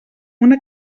una